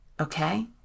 Okay